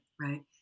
right